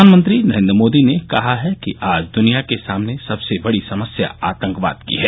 प्रधानमंत्री नरेंद्र मोदी ने कहा है कि आज द्निया के सामने सबसे बड़ी समस्या आतंकवाद की है